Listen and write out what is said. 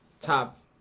top